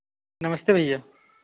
नमस्ते भैया